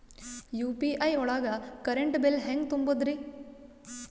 UPI ಒಳಗ current bill ಹೆಂಗ್ ತುಂಬದ್ರಿ?